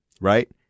right